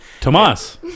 Tomas